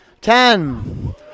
Ten